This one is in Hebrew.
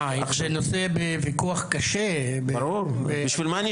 נושא בויכוח קשה, ברור, בגלל זה